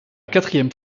quatrième